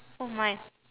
oh my